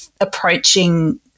approaching